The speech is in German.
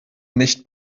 nicht